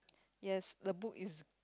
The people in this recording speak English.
yes the book is